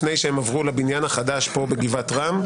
לפני שהם עברו לבניין החדש פה בגבעת רם.